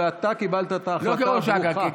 ואתה קיבלת את ההחלטה הברוכה.